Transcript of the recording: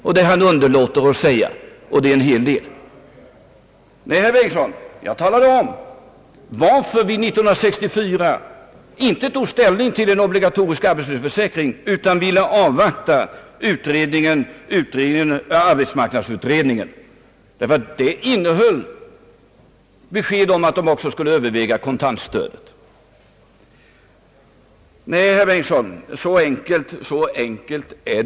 Och det han underlåter att säga är en hel del. Jag talade om varför vi år 1964 inte tog ställning till en obligatorisk arbetslöshetsförsäkring utan ville avvakta arbetsmarknadsutredningen. Jo, det var därför att den innehöll besked om att de också skulle överväga kontantstödet. Så enkelt, som herr Bengtson gör det till, är det alltså inte!